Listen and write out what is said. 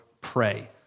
pray